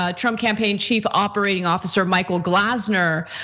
ah trump campaign chief operating officer, michael glassner,